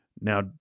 now